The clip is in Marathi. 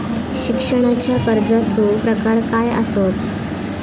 शिक्षणाच्या कर्जाचो प्रकार काय आसत?